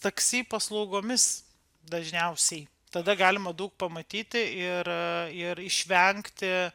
taksi paslaugomis dažniausiai tada galima daug pamatyti ir ir išvengti